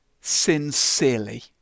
sincerely